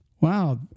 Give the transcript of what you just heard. Wow